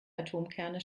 atomkerne